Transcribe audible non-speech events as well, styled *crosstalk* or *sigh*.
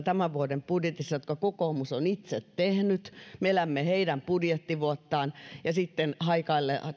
*unintelligible* tämän vuoden budjetissa jotka kokoomus on itse tehnyt me elämme heidän budjettivuottaan ja sitten haikaillaan